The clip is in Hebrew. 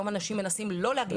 היום אנשים מנסים לא להגיע אליה.